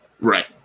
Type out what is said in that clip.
Right